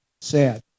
sad